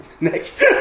next